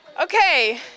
Okay